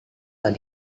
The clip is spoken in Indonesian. tak